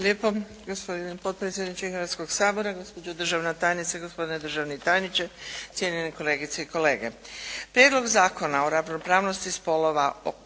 lijepo gospodine potpredsjedniče Hrvatskog sabora, gospođo državna tajnice, gospodine državni tajniče, cijenjene kolegice i kolege. Prijedlog zakona o ravnopravnosti spolova